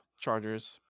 Chargers-